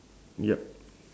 ya